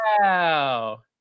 Wow